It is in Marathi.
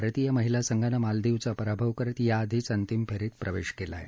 भारतीय महिला सध्यानक्रिलदीवचा पराभव करत याआधीच अर्तिम फेरीत प्रवेश केला आहे